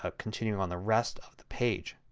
ah continuing on the rest of the page.